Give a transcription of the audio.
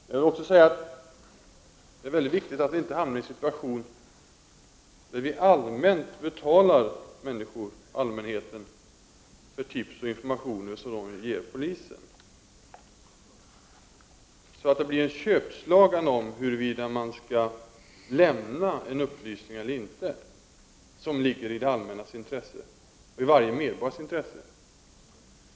Jag vill också säga att det är mycket viktigt att vi inte hamnar i en situation där vi allmänt betalar allmänheten för tips och informationer som den vill ge till polisen, så att det blir ett köpslagande, huruvida man skall lämna en upplysning eller inte, som ligger i det allmännas intresse och i varje medborgares intresse.